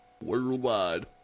Worldwide